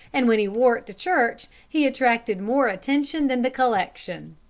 and when he wore it to church he attracted more attention than the collection.